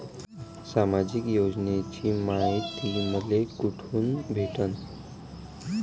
सामाजिक योजनेची मायती मले कोठून भेटनं?